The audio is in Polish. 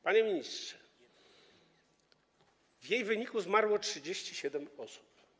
Panie ministrze, w jej wyniku zmarło 37 osób.